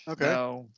Okay